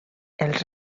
els